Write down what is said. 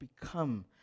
become